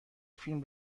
فیلم